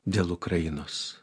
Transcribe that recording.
dėl ukrainos